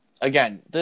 again